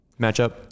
matchup